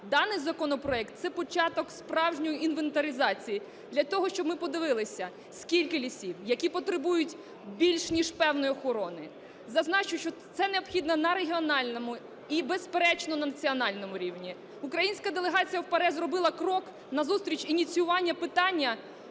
Даний законопроект – це початок справжньої інвентаризації, для того, щоб ми подивилися скільки лісів, які потребують більш ніж певної охорони. Зазначу, що це необхідно на регіональному і, безперечно, на національному рівні. Українська делегація в ПАРЄ зробила крок назустріч ініціювання питання